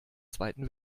zweiten